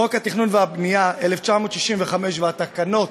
חוק התכנון והבנייה, 1965, והתקנות